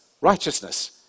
righteousness